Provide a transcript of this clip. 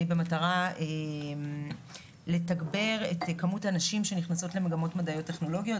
במטרה לתגבר את כמות הנשים שנכנסות למגמות מדעיות טכנולוגיות.